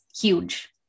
huge